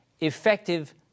effective